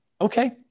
Okay